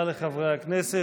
תודה לחברי הכנסת.